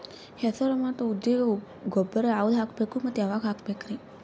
ಹೆಸರು ಮತ್ತು ಉದ್ದಿಗ ಗೊಬ್ಬರ ಯಾವದ ಹಾಕಬೇಕ ಮತ್ತ ಯಾವಾಗ ಹಾಕಬೇಕರಿ?